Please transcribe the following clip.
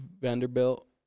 Vanderbilt